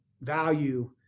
value